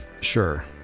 Sure